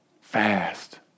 Fast